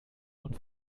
und